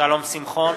שלום שמחון,